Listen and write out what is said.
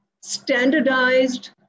standardized